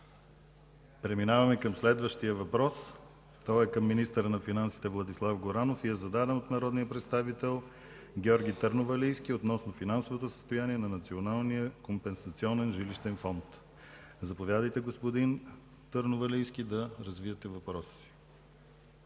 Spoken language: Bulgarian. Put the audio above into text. Преминаваме към следващия въпрос. Той е към министъра на финансите Владислав Горанов и е зададен от народния представител Георги Търновалийски относно финансовото състояние на Националния компенсационен жилищен фонд. Заповядайте, господин Търновалийски, да развиете въпроса.